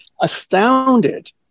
astounded